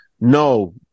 no